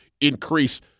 increase